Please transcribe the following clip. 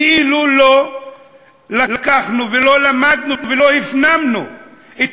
כאילו לא לקחנו ולא למדנו ולא הפנמנו ואת